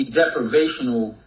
deprivational